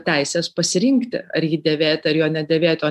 teisės pasirinkti ar jį dėvėti ar jo nedėvėti o